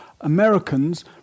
Americans